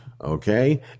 Okay